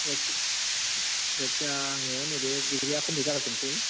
जायखिजाया आङो नैबे डिग्रीया कमप्लिट जाग्रोथोंसै